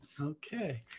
Okay